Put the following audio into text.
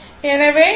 எனவே δ 18